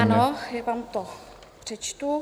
Ano, já vám to přečtu.